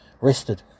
rested